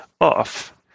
off